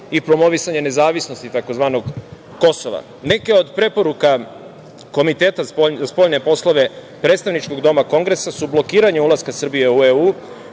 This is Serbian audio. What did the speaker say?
i promovisanje nezavisnosti tzv. Kosova. Neke od preporuka Komiteta za spoljne poslove, Predstavničkog dela Kongresa su blokiranju ulaska Srbije u EU